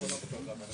כולם אותו דבר.